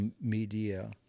media